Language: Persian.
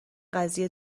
قضیه